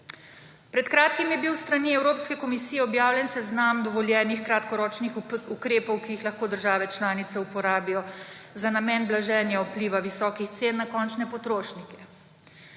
Pred kratkim je bil s strani Evropske komisije objavljen seznam dovoljenih kratkoročnih ukrepov, ki jih lahko države članice uporabijo za namen blaženja vpliva visokih cen na končne potrošnike.